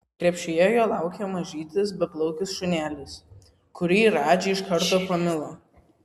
krepšyje jo laukė mažytis beplaukis šunelis kurį radži iš karto pamilo